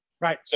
Right